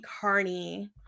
Carney